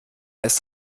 ist